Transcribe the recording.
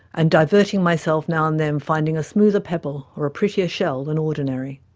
and diverting myself now and then finding a smoother pebble or a prettier shell than ordinary,